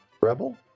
Rebel